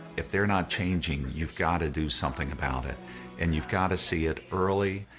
if they're not changing you've got to do something about it and you've got to see it early,